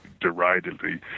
deridedly